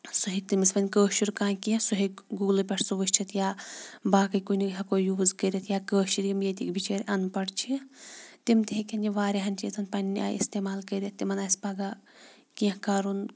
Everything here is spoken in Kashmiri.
سُہ ہیٚکہِ تٔمِس وَنہِ کٲشُر کانٛہہ کینٛہہ سُہ ہیٚکہِ گوٗگلہٕ پٮ۪ٹھ سُہ وٕچھِتھ یا باقٕے کُنہِ ہٮ۪کو یوٗز کٔرِتھ یا کٲشِرۍ یِم ییٚتِکۍ بِچٲرۍ اَنپَڑ چھِ تِم تہِ ہیٚکن یہِ واریاہَن چیٖزَن پنٛنہِ آے استعمال کٔرِتھ تِمَن آسہِ پگاہ کینٛہہ کَرُن